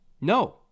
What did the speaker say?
No